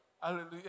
Hallelujah